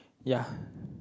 ya